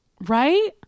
right